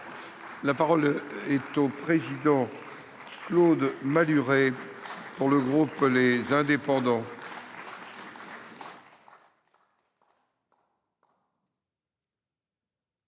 La parole est à M. Claude Malhuret, pour le groupe Les Indépendants